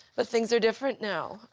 but things are different now.